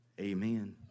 Amen